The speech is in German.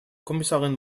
kommissarin